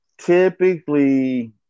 typically